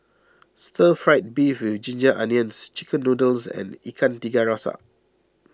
Stir Fried Beef with Ginger Onions Chicken Noodles and Ikan Tiga Rasa